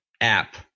app